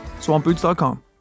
Swampboots.com